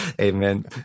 Amen